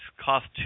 cost